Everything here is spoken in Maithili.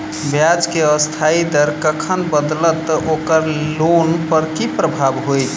ब्याज केँ अस्थायी दर कखन बदलत ओकर लोन पर की प्रभाव होइत?